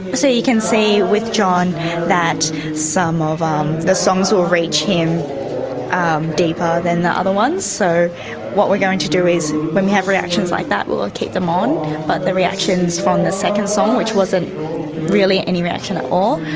so you can see with john that some of um the songs will reach him deeper than the other ones. so what we're going to do is when we have reactions like that we will keep them on, but the reactions from the second song, which wasn't really any reaction at all,